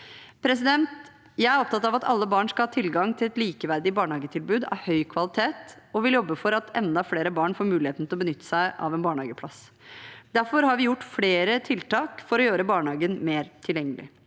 Jeg er opptatt av at alle barn skal ha tilgang til et likeverdig barnehagetilbud av høy kvalitet, og vil jobbe for at enda flere barn får muligheten til å benytte seg av en barnehageplass. Derfor har vi gjort flere tiltak for å gjøre barnehagen mer tilgjengelig.